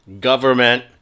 government